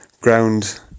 ground